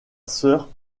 sœur